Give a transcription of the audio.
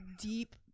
deep